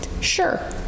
Sure